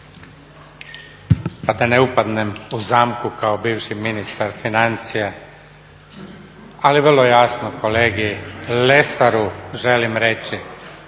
Pa da ne upadnem u zamku kao bivši ministar financija ali vrlo jasno kolegi Lesaru želim reći